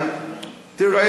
הראשון,